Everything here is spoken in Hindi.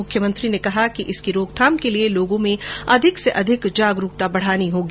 मुख्यमंत्री ने कहा कि इसकी रोकथाम के लिए लोगों में अधिक से अधिक जागरूकता बढानी होगी